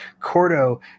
Cordo